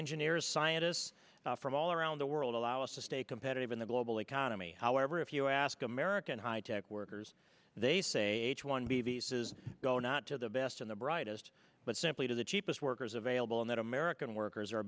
engineers scientists from all around the world allow us to stay competitive in the global economy however if you ask american high tech workers they say h one b visas go not to the best and the brightest but simply to the cheapest workers available and that american workers are